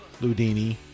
Ludini